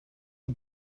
you